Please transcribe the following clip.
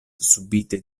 subite